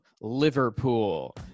Liverpool